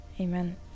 amen